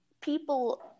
people